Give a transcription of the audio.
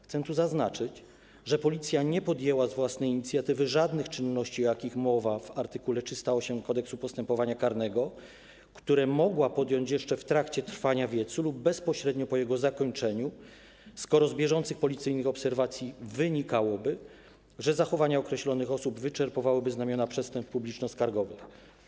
Chcę tu zaznaczyć, że Policja nie podjęła z własnej inicjatywy żadnych czynności, o jakich mowa w art. 308 Kodeksu postępowania karnego, które mogła podjąć jeszcze w trakcie trwania wiecu lub bezpośrednio po jego zakończeniu, skoro z bieżących policyjnych obserwacji wynikałoby, że zachowania określonych osób wyczerpywałyby znamiona przestępstw publicznoskargowych.